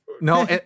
No